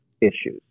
issues